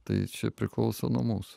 tai čia priklauso nuo mūsų